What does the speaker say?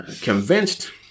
convinced